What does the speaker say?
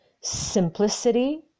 simplicity